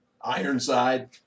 Ironside